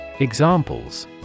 examples